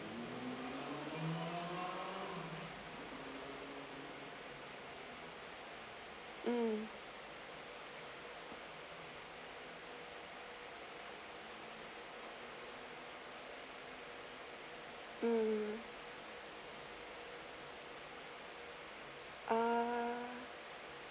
um um uh